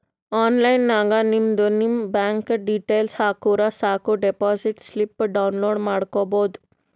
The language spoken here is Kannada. ಆನ್ಲೈನ್ ನಾಗ್ ನಿಮ್ದು ನಿಮ್ ಬ್ಯಾಂಕ್ ಡೀಟೇಲ್ಸ್ ಹಾಕುರ್ ಸಾಕ್ ಡೆಪೋಸಿಟ್ ಸ್ಲಿಪ್ ಡೌನ್ಲೋಡ್ ಮಾಡ್ಕೋಬೋದು